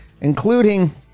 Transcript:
including